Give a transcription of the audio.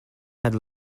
had